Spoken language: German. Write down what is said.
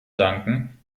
danken